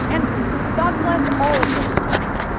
and god bless all of those ways.